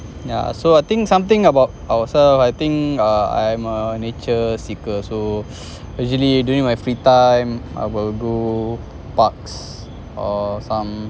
yeah so I think something about ourselves I think err I'm a nature seeker so usually during my free time I will go parks or some